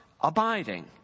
abiding